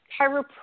chiropractic